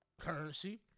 currency